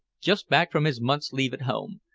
just back from his month's leave at home.